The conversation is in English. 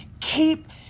keep